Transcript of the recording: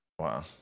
wow